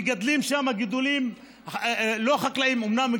מגדלים שם גידולים, לא חקלאיים אומנם,